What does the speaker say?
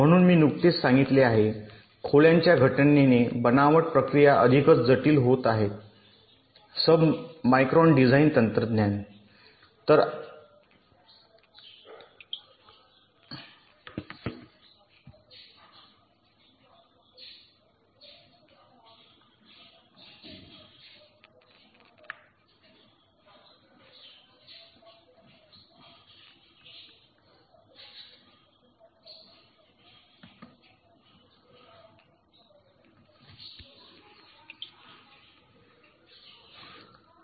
म्हणून मी नुकतेच सांगितले आहे खोल्यांच्या घटनेने सबमिक्रॉन डिझाइन तंत्रज्ञान बनावट प्रक्रिया अधिकच जटिल होत आहेत